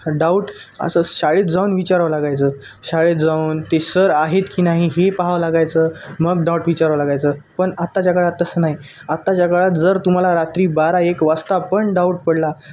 doubt असं शाळेत जाऊन विचारावं लागायचं शाळेत जाऊन ते सर आहेत की नाही हे पहावं लागायचं मग डाऊट विचारवं लागायचं पण आत्ताच्या काळात तसं नाही आत्ताच्या काळात जर तुम्हाला रात्री बारा एक वाजता पण डाऊट पडला